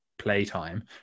Playtime